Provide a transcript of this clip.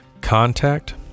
Contact